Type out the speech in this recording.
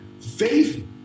Faith